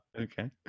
Okay